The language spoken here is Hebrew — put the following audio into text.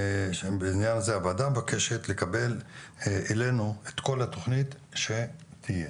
הוועדה מבקשת לקבל אלינו את כל התכנית שתהיה.